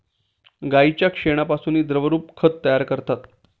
गाईच्या शेणापासूनही द्रवरूप खत तयार करतात